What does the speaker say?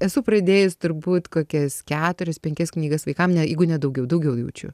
esu pradėjus turbūt kokias keturias penkias knygas vaikam ne jeigu ne daugiau daugiau jaučiu